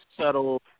subtle